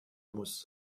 muss